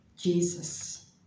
Jesus